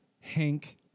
Hank